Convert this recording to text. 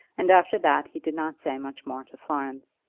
and after that he did not say much more to florence.